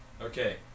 Okay